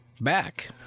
back